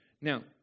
Now